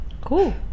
Cool